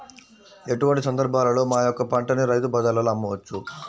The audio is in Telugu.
ఎటువంటి సందర్బాలలో మా యొక్క పంటని రైతు బజార్లలో అమ్మవచ్చు?